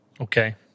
Okay